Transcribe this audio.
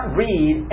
read